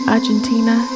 Argentina